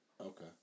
Okay